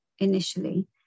initially